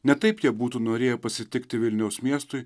ne taip jie būtų norėję pasitikti vilniaus miestui